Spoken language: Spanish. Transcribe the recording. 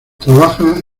trabaja